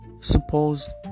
Suppose